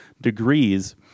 degrees